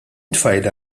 tfajla